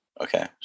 Okay